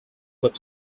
web